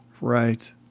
Right